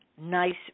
nice